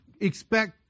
expect